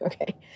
okay